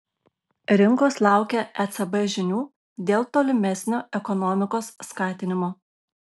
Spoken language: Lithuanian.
rinkos laukia ecb žinių dėl tolimesnio ekonomikos skatinimo